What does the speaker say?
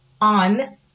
on